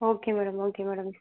okay madam okay madam